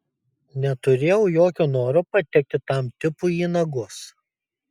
neturėjau jokio noro patekti tam tipui į nagus